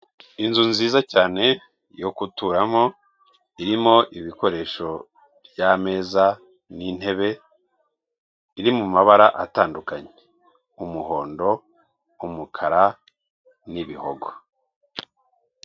Inzu nziza cyane yo guturamo irimo ibikoresho by'ameza n'intebe biri mu mabara atandukanye; umuhondo, umukara n'ibihogo.